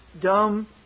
dumb